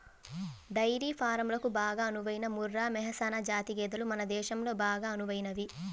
dairy ఫారంలకు బాగా అనువైన ముర్రా, మెహసనా జాతి గేదెలు మన దేశంలో బాగా అనువైనవి